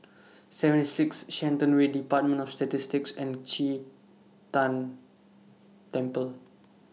seventy six Shenton Way department of Statistics and Qi Tan Temple